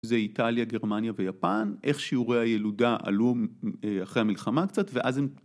זה איטליה גרמניה ויפן איך שיעורי הילודה עלו אחרי המלחמה קצת ואז הם